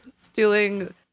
Stealing